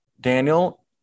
Daniel